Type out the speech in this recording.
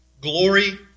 Glory